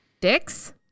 Dicks